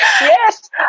yes